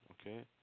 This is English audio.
Okay